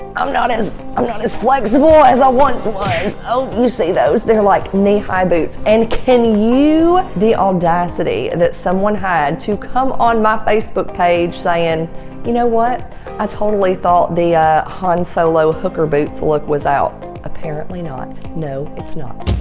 um i'm not as flexible as i once was oh you see those they're like knee-high boots and can you the audacity and that someone had to come on my facebook page saying you know what i totally thought the han solo hooker boots look without apparently not, no it's not.